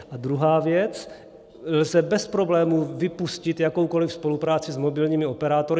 A druhá věc lze bez problémů vypustit jakoukoliv spolupráci s mobilními operátory.